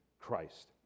christ